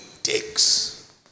Takes